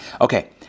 Okay